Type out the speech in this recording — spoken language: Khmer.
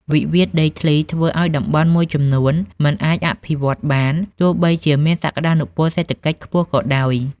វិវាទដីធ្លីធ្វើឱ្យតំបន់មួយចំនួនមិនអាចអភិវឌ្ឍបាន ទោះបីជាមានសក្ដានុពលសេដ្ឋកិច្ចខ្ពស់ក៏ដោយ។